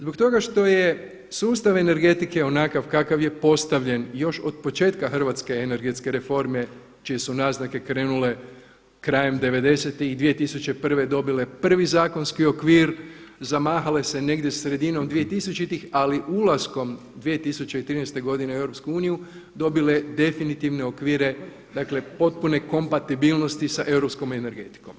Zbog toga što je sustav energetike onakav kakav je postavljen još od početka hrvatske energetske reforme čije su naznake krenule krajem '90.-tih i 2001. dobile prvi zakonski okvir, zamahale se negdje sredinom 2000. ali ulaskom 2013. godine u EU dobile definitivne okvire, dakle potpune kompatibilnosti sa europskom energetikom.